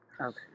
Okay